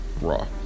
Raw